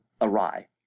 awry